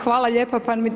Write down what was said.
Hvala lijepo.